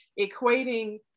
equating